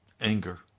anger